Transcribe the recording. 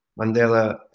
Mandela